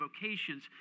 vocations